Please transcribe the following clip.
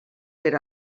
per